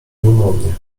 umownie